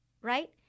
right